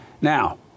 Now